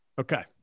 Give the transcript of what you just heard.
Okay